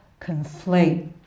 conflate